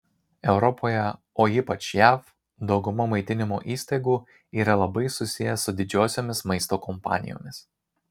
europoje o ypač jav dauguma maitinimo įstaigų yra labai susiję su didžiosiomis maisto kompanijomis